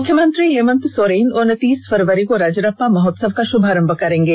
मुख्यमंत्री हेमंत सोरेन उन्तीस फरवरी को रजरप्पा महोत्सव का शुभारंभ करेंगे